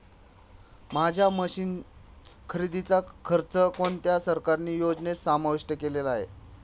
माझ्या मशीन्स खरेदीचा खर्च कोणत्या सरकारी योजनेत समाविष्ट केला जाईल?